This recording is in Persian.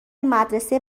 مدرسه